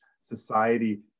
society